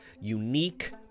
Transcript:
unique